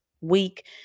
week